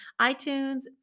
iTunes